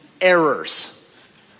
errors